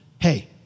hey